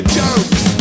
jokes